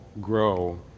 grow